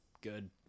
good